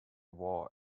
war